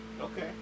Okay